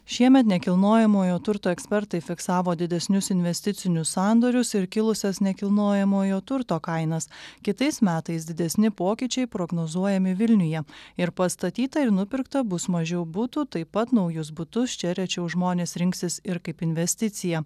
šiemet nekilnojamojo turto ekspertai fiksavo didesnius investicinius sandorius ir kilusias nekilnojamojo turto kainas kitais metais didesni pokyčiai prognozuojami vilniuje ir pastatyta ir nupirkta bus mažiau butų taip pat naujus butus čia rečiau žmonės rinksis ir kaip investiciją